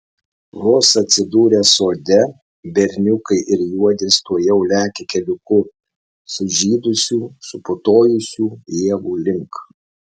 vos atsidūrę sode berniukai ir juodis tuojau lekia keliuku sužydusių suputojusių ievų link